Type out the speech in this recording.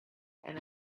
and